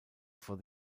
for